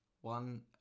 one